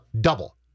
double